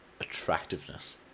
attractiveness